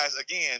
again